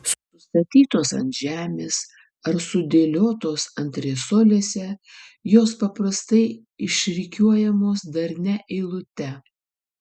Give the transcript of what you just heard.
sustatytos ant žemės ar sudėliotos antresolėse jos paprastai išrikiuojamos darnia eilute